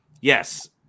Yes